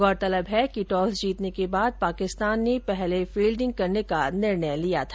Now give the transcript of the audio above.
गौरतलब है कि टॉस जीतने के बाद पाकिस्तान ने पहले फिल्डिंग करने का निर्णय लिया था